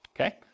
okay